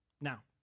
Now